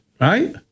right